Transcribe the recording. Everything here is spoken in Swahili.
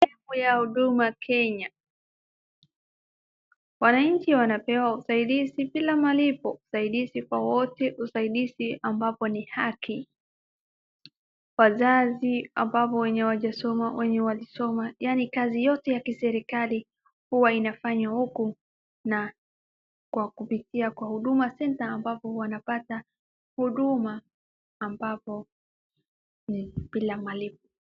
Siku ya huduma Kenya. Wananchi wanapewa usaidizi bila malipo, usaidizi kwa wote usaidizi ambapo ni haki. Wazazi ambao hawajasoma, wale walisoma, yaani kazi yote ya kiserikali huwa inafanywa huku na kwa kupitia kwa Huduma Centre ambapo wanapata huduma ambapo ni bila malipo.